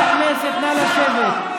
בושה.